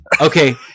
okay